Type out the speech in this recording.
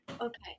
Okay